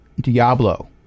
Diablo